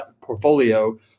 portfolio